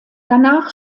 danach